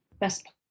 best